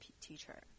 teacher